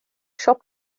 siop